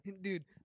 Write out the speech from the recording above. Dude